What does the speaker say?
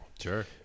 Sure